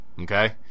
Okay